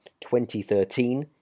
2013